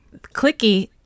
clicky